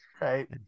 Right